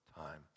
time